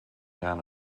down